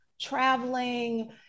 traveling